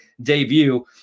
debut